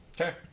Okay